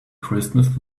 christmas